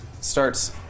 starts